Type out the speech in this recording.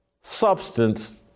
substance